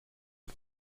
are